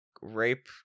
rape